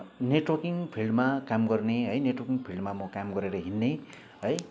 networking फिल्डमा काम गर्ने है नेटवर्किङ फिल्डमा म काम गरेर हिँड्ने है